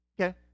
Okay